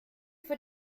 für